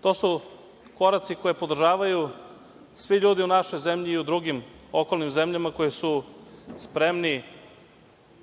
To su koraci koji podržavaju svi ljudi u našoj zemlji i u drugim okolnim zemljama koji su spremni